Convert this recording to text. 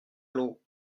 l’eau